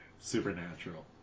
Supernatural